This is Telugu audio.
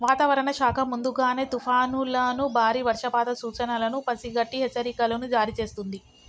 వాతావరణ శాఖ ముందుగానే తుఫానులను బారి వర్షపాత సూచనలను పసిగట్టి హెచ్చరికలను జారీ చేస్తుంది